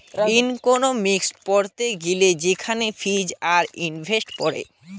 economics পড়তে গিলে সেখানে ফিজ আর ইফেক্টিভ পড়ে